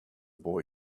boy